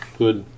good